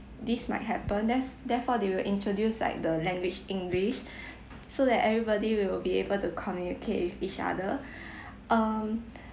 this might happen that's therefore they will introduce like the language english so that everybody will be able to communicate with each other um